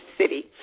city